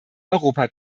europa